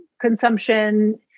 consumption